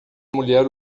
mulher